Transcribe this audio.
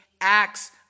acts